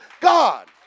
God